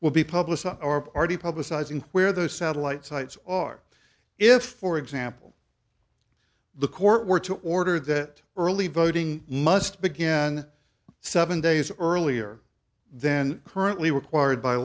will be published or party publicizing where those satellite sites are if for example the court were to order that early voting must begin seven days earlier then currently required by